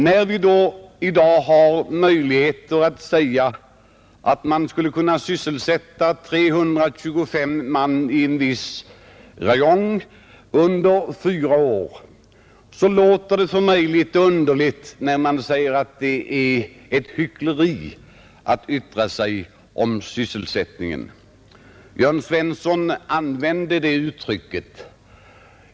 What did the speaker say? När vi då i dag har möjligheter att kunna sysselsätta 325 man i en viss räjong under fyra år, så låter det för mig litet underligt när det sägs att det är ett hyckleri att yttra sig om sysselsättningen — Jörn Svensson använde det uttrycket.